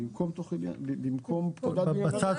זה בצד